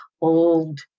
old